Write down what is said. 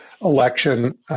election